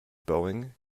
boeing